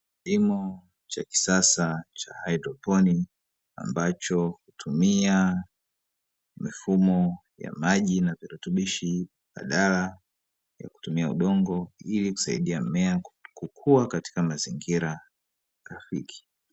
Kilimo cha kisasa cha haidroponi ambacho hutumia mifumo ya maji na virutubishi, badala ya kutumia udongo ili kusaidia mmea kukua katika mazingira rafiki.